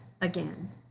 again